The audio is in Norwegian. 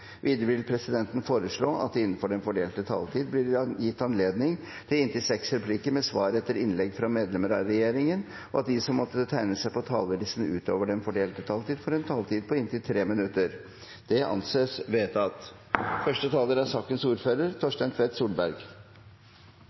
Videre vil presidenten foreslå at det innenfor den fordelte taletid blir gitt anledning til inntil seks replikker med svar etter innlegg fra medlemmer av regjeringen, og at de som måtte tegne seg på talerlisten utover den fordelte taletid, får en taletid på inntil 3 minutter. – Det anses vedtatt.